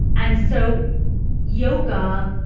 and so yoga,